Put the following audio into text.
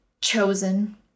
chosen